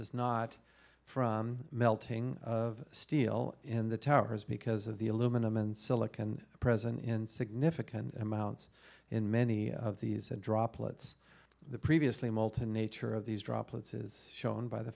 is not from melting of steel in the towers because of the aluminum and silicon present in significant amounts in many of these and droplets the previously molten nature of these droplets is shown by the